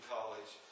College